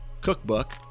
cookbook